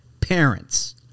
parents